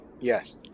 Yes